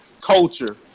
culture